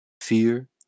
fear